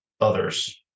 others